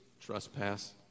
trespass